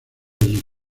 allí